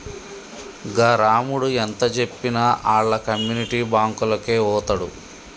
గా రామడు ఎంతజెప్పినా ఆళ్ల కమ్యునిటీ బాంకులకే వోతడు